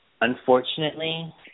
unfortunately